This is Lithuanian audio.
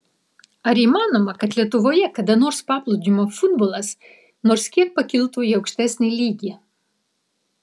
ar įmanoma kad lietuvoje kada nors paplūdimio futbolas nors kiek pakiltų į aukštesnį lygį